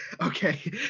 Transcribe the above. Okay